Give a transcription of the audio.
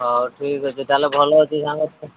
ହଉ ଠିକ୍ ଅଛି ତାହେଲେ ଭଲ ଅଛି ସାଙ୍ଗ